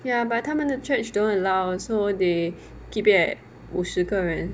ya but 他们的 church don't allow so they keep it at 五十个人